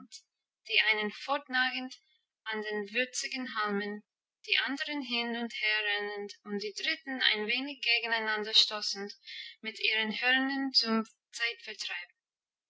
die einen fortnagend an den würzigen halmen die anderen hin und her rennend und die dritten ein wenig gegeneinander stoßend mit ihren hörnern zum zeitvertreib